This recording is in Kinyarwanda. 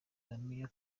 bamenye